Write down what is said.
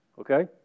Okay